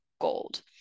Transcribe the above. gold